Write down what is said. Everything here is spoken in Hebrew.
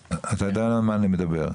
אתה יודע על מה אני מדבר,